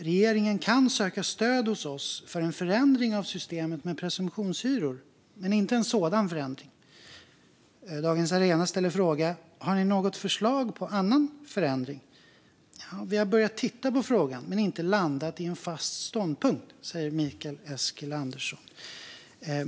Regeringen kan söka stöd hos oss för en förändring av systemet för presumtionshyror, men inte en sådan förändring." Dagens Arena frågar: "Har ni något förslag på annan förändring?" "Vi har börjat titta på frågan men inte landat i en fast ståndpunkt", säger Mikael Eskilandersson.